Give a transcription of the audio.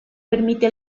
permite